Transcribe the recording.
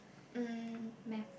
mm math